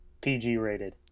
PG-rated